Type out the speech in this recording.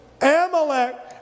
Amalek